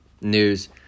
news